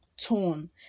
tone